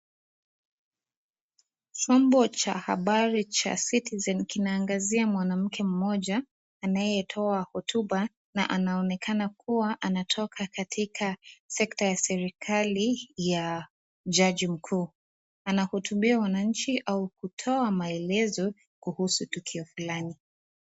Chombo cha habari cha Citizen kinaangazia mwanamke mmoja anayetoa hotuba na anaonekana kuwa anatoka katika sekta ya serikali ya jaji mkuu, anahutubia wananchi au kutoa maelezo kuhusu tukio fulani.